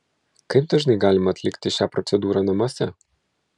kaip dažnai galima atlikti šią procedūrą namuose